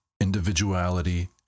individuality